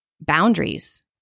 boundaries